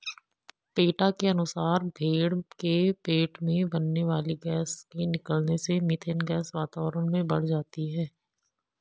PETA के अनुसार भेंड़ के पेट में बनने वाली गैस के निकलने से मिथेन गैस वातावरण में बढ़ जाती है